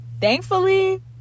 thankfully